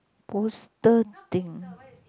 poster thing